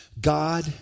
God